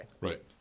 Right